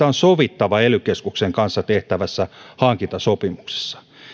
on sovittava ely keskuksen kanssa tehtävässä hankintasopimuksessa